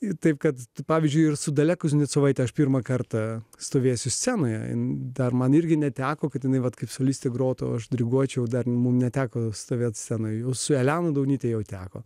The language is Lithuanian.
ir taip kad pavyzdžiui ir su dalia kuznecovaite aš pirmą kartą stovėsiu scenoje dar man irgi neteko kad jinai vat kaip solistė grotų aš diriguočiau dar neteko stovėti scenoje jūsų elena daunytė jau teko